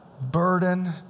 burden